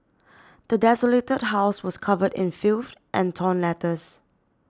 the desolated house was covered in filth and torn letters